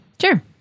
sure